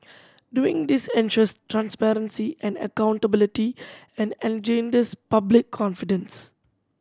doing this ensures transparency and accountability and engenders public confidence